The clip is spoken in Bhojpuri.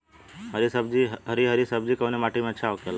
हरी हरी सब्जी कवने माटी में अच्छा होखेला?